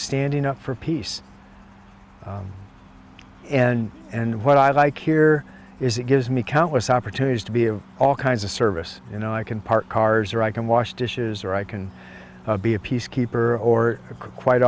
standing up for peace and and what i like here is it gives me countless opportunities to be of all kinds of service you know i can park cars or i can wash dishes or i can be a peacekeeper or a quite